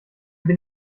bin